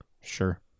Sure